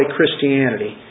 Christianity